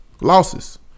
losses